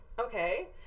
Okay